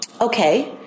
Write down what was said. Okay